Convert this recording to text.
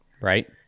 Right